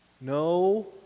No